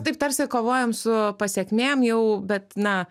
taip tarsi kovojam su pasekmėm jau bet na